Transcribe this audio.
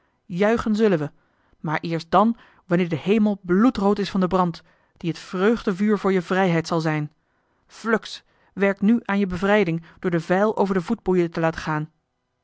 juichen zullen we maar eerst dan wanneer de hemel bloedrood is van den brand die het vreugdevuur voor je vrijheid zal zijn fluks werkt nu aan je bevrijding door de vijl over de voetboeien te laten gaan